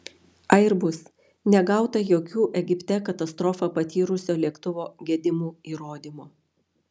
airbus negauta jokių egipte katastrofą patyrusio lėktuvo gedimų įrodymo